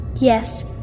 Yes